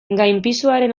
gainpisuaren